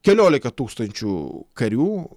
keliolika tūkstančių karių